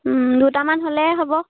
দুটামান হ'লেহে হ'ব